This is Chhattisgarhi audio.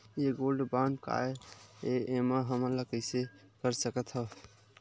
ये गोल्ड बांड काय ए एमा हमन कइसे कर सकत हव?